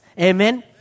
Amen